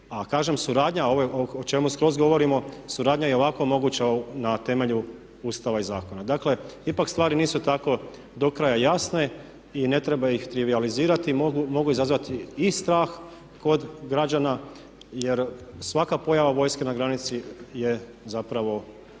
A kažem suradnja, o čemu govorimo, suradnja je i ovako moguća na temelju Ustava i zakona. Dakle, ipak stvari nisu tako do kraja jasne i ne treba ih trivijalizirati, mogu izazvati i strah kod građana jer svaka pojava vojske na granici je zapravo